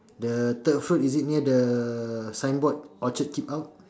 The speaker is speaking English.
the third fruit is it near the signboard orchard keep out